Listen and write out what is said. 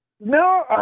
No